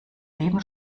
leben